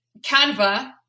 Canva